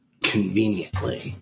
conveniently